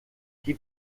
die